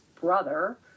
brother